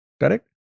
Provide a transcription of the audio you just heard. correct